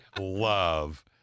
love